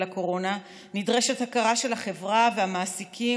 הקורונה נדרשת הכרה של החברה והמעסיקים,